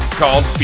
called